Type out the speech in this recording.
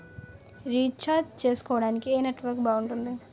Recharge చేసుకోవటానికి ఏం network బాగుంది?